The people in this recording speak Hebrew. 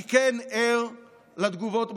אני כן ער לתגובות בציבור.